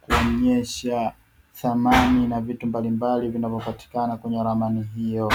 kuonyesha thamani ya vitu mbalimbali vinavopatikana kwenye ramani hiyo.